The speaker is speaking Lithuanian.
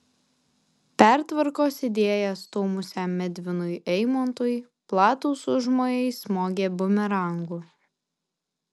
pertvarkos idėją stūmusiam edvinui eimontui platūs užmojai smogė bumerangu